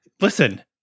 Listen